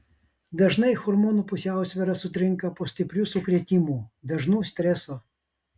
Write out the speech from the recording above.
dažnai hormonų pusiausvyra sutrinka po stiprių sukrėtimų dažnų streso